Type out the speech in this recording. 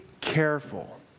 careful